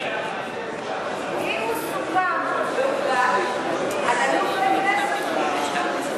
אם הוא סוכם והוחלט, אז אלאלוף לא בפנים.